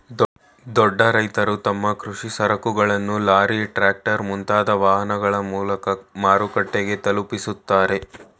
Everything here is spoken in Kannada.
ದೊಡ್ಡ ರೈತ್ರು ತಮ್ಮ ಕೃಷಿ ಸರಕುಗಳನ್ನು ಲಾರಿ, ಟ್ರ್ಯಾಕ್ಟರ್, ಮುಂತಾದ ವಾಹನಗಳ ಮೂಲಕ ಮಾರುಕಟ್ಟೆಗೆ ತಲುಪಿಸುತ್ತಾರೆ